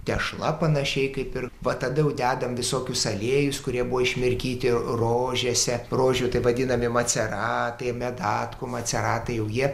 tešla panašiai kaip ir va tada jau dedam visokius aliejus kurie buvo išmirkyti rožėse rožių taip vadinami maceratai medetkų maceratai jau jie